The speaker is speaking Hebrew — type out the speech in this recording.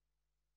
18),